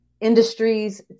industries